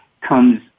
comes